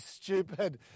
stupid